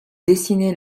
dessiner